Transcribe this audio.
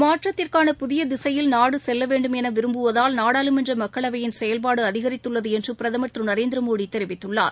மாற்றத்திற்கான புதியதிசையில் நாடுசெல்லவேண்டும் எனவிரும்புவதால் நாடாளுமன்றமக்களவையின் செயல்பாடுஅதிகரித்துள்ளதுஎன்றுபிரமர் திருநரேந்திரமோடிதெரிவித்துள்ளார்